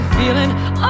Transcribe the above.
Feeling